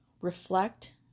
Reflect